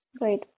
Right